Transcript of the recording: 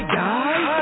guys